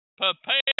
prepare